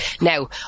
Now